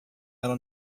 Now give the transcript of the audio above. ela